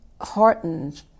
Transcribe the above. heartened